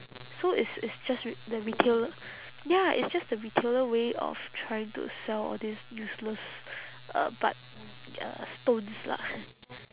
so it's it's just re~ the retailer ya it's just the retailer way of trying to sell all these useless uh but uh stones lah